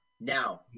Now